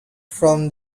from